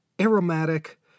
aromatic